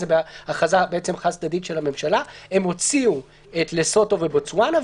זה בעצם הכרזה חד-צדדית של הממשלה הם הוציאו את לסוטו ובוצואנה,